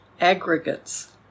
aggregates